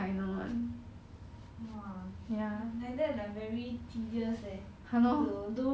!wah! like that like very tedious leh to do report everyday